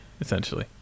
essentially